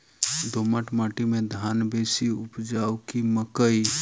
दोमट माटि मे धान बेसी उपजाउ की मकई?